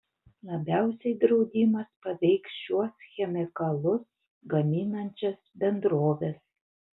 labiausiai draudimas paveiks šiuos chemikalus gaminančias bendroves